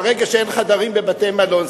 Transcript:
ברגע שאין חדרים בבתי-מלון,